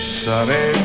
Sunny